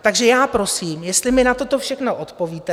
Takže já prosím, jestli mi na toto všechno odpovíte.